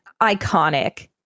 Iconic